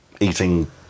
eating